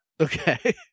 okay